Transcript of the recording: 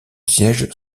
siège